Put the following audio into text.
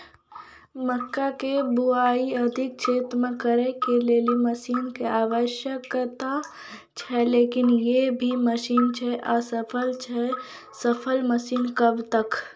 मक्का के बुआई अधिक क्षेत्र मे करे के लेली मसीन के आवश्यकता छैय लेकिन जे भी मसीन छैय असफल छैय सफल मसीन कब तक?